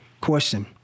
Question